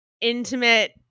intimate